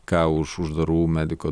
ką už uždarų mediko